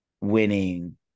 winning